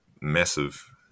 massive